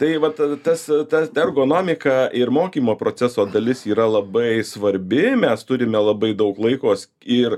tai vat e tas e ta ergonomika ir mokymo proceso dalis yra labai svarbi mes turime labai daug laiko skyr